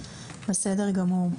בסדר גמור.